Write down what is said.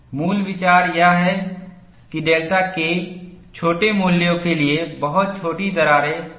मूल विचार यह है कि डेल्टा K छोटे मूल्यों के लिए बहुत छोटी दरारें नहीं फैल सकती हैं